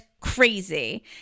crazy